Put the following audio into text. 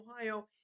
Ohio